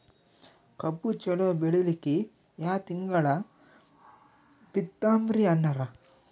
ಕಬ್ಬು ಚಲೋ ಬೆಳಿಲಿಕ್ಕಿ ಯಾ ತಿಂಗಳ ಬಿತ್ತಮ್ರೀ ಅಣ್ಣಾರ?